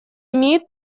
имеет